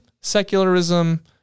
secularism